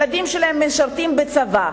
הילדים שלהם משרתים בצבא,